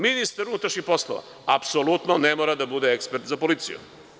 Ministar unutrašnjih poslova apsolutno ne mora da bude ekspert za policiju.